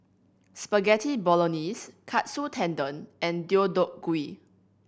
Spaghetti Bolognese Katsu Tendon and Deodeok Gui